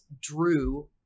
drew